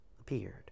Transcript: appeared